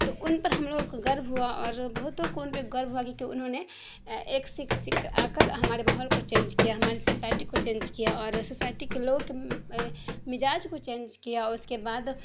تو ان پر ہم لوگوں کو گرو ہوا اور بہتوں کو ان پہ گرو ہوا کہ انہوں نے ایک سکھ سیکھ آ کر ہمارے ماحول کو چینج کیا ہمارے سوسائٹی کو چینج کیا اور سوسائٹی کے لوگوں کے مزاج کو چینج کیا اس کے بعد